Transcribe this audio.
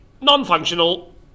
non-functional